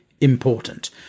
important